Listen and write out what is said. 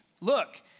Look